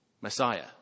Messiah